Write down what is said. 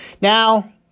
Now